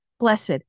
Blessed